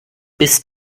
bist